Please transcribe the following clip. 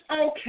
okay